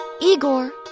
Igor